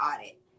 audit